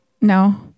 No